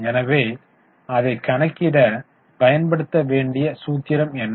எனவே அதை கணக்கிட பயன்படுத்த வேண்டிய சூத்திரம் என்ன